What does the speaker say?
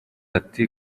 ati